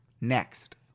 next